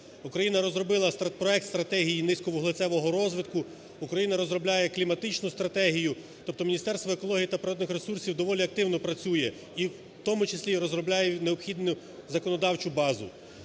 Україна розробила проект стратегії низьковуглецевого розвитку, Україна розробляє кліматичну стратегію, тобто Міністерство екології та природних ресурсів доволі активно працює, і в тому числі і розробляє необхідну законодавчу базу.